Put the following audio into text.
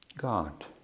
God